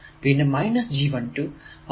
പിന്നെ G12 അവിടെ